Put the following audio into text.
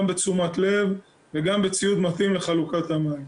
גם בתשומת לב וגם בציוד מתאים לחלוקת המים.